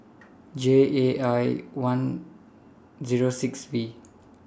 J A I Zero six V